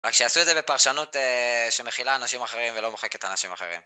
רק שיעשה את זה בפרשנות שמכילה אנשים אחרים ולא מוחקת אנשים אחרים